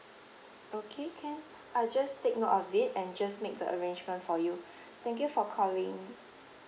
okay can I just take note of it and just make the arrangement for you thank you for calling